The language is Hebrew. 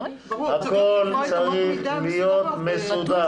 הכל צריך להיות מסודר.